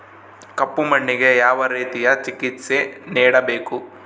ಕಪ್ಪು ಮಣ್ಣಿಗೆ ಯಾವ ರೇತಿಯ ಚಿಕಿತ್ಸೆ ನೇಡಬೇಕು?